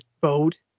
boat